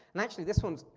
and actually, this one's,